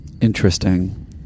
Interesting